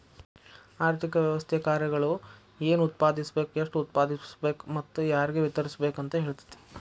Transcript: ಆರ್ಥಿಕ ವ್ಯವಸ್ಥೆ ಕಾರ್ಯಗಳು ಏನ್ ಉತ್ಪಾದಿಸ್ಬೇಕ್ ಎಷ್ಟು ಉತ್ಪಾದಿಸ್ಬೇಕು ಮತ್ತ ಯಾರ್ಗೆ ವಿತರಿಸ್ಬೇಕ್ ಅಂತ್ ಹೇಳ್ತತಿ